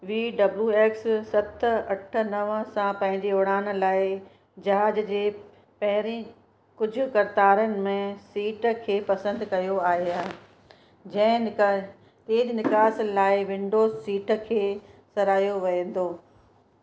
V W X सत अठ नवं सां पंहिंजी उड़ान लाइ जहाज़ जे पहिरें कुझु करतारनि में सीट खे पसंदि कयो आहियां जै निक तेज निकास लाइ विंडो सीट खे सरायो वेंदो